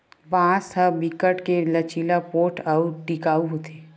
बांस ह बिकट के लचीला, पोठ अउ टिकऊ होथे